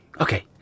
Okay